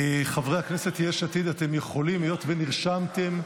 חבר הכנסת ואטורי, אני מניח שאתה בעד, נכון?